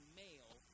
male